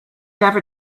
ever